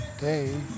Day